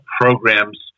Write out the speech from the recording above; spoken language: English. programs